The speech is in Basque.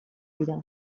dira